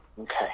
Okay